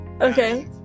Okay